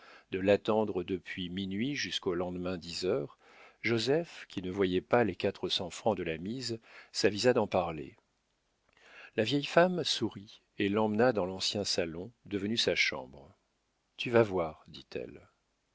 de l'attendre depuis minuit jusqu'au lendemain dix heures joseph qui ne voyait pas les quatre cents francs de mise s'avisa d'en parler la vieille femme sourit et l'emmena dans l'ancien salon devenu sa chambre tu vas voir dit-elle